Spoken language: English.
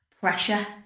pressure